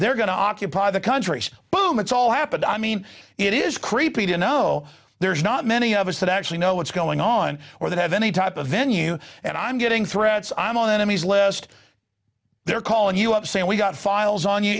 they're going to occupy the country boom it's all happened i mean it is creepy to know there's not many of us that actually know what's going on or that have any type of venue and i'm getting threats i'm on the enemies list they're calling you up saying we've got files on you